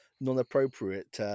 non-appropriate